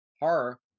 horror